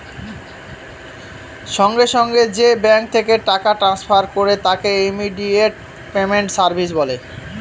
সঙ্গে সঙ্গে যে ব্যাঙ্ক থেকে টাকা ট্রান্সফার করে তাকে ইমিডিয়েট পেমেন্ট সার্ভিস বলে